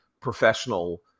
professional